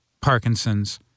Parkinson's